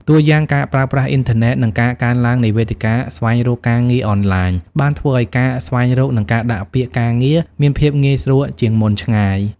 តួយ៉ាងការប្រើប្រាស់អ៊ីនធឺណិត និងការកើនឡើងនៃវេទិកាស្វែងរកការងារអនឡាញ បានធ្វើឲ្យការស្វែងរក និងការដាក់ពាក្យការងារមានភាពងាយស្រួលជាងមុនឆ្ងាយ។